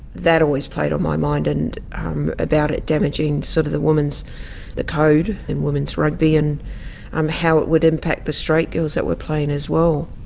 that always played on my mind, and about it damaging sort of the women's code in women's rugby and um how it would impact the straight girls that were playing as well.